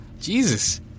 Jesus